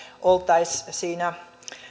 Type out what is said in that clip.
oltaisiin siinä